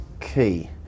key